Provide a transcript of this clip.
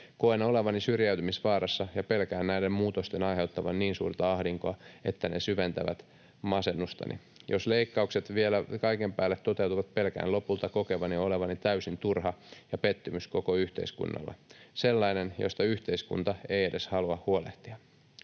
Koen olevani syrjäytymisvaarassa ja pelkään näiden muutosten aiheuttavan niin suurta ahdinkoa, että ne syventävät masennustani. Jos leikkaukset vielä kaiken päälle toteutuvat, pelkään lopulta kokevani olevani täysin turha ja pettymys koko yhteiskunnalle, sellainen, josta yhteiskunta ei edes halua huolehtia.